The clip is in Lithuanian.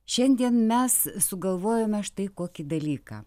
šiandien mes sugalvojome štai kokį dalyką